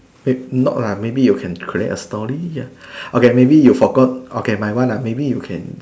may~ not lah maybe you can create a story ya okay maybe you forgot okay my one ah maybe you can